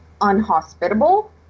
unhospitable